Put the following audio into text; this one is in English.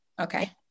Okay